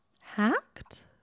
Hacked